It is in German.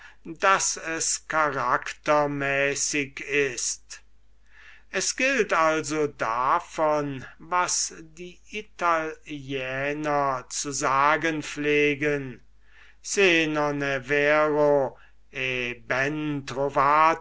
daß es charaktermäßig ist es gilt also davon was die italiäner zu sagen pflegen